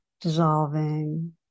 dissolving